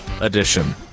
edition